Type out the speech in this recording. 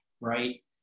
right